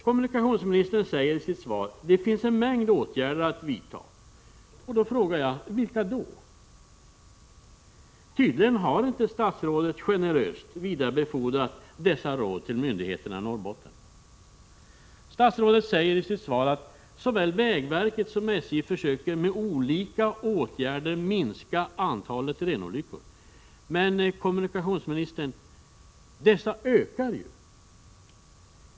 Kommunikationsministern säger i sitt svar att det finns en mängd åtgärder att vidta. Vilka då? Tydligen har inte statsrådet generöst vidarebefordrat dessa råd till myndigheterna i Norrbotten. Statsrådet säger i sitt svar: ”Såväl vägverket som SJ försöker ——— med olika åtgärder minska antalet renolyckor.” Men, kommunikationsministern, dessa ökar ju.